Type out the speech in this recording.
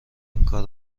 اینکار